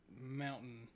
mountain